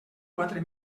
quatre